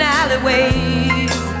alleyways